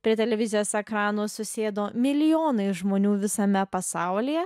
prie televizijos ekranų susėdo milijonai žmonių visame pasaulyje